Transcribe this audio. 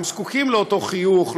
הם זקוקים לאותו חיוך,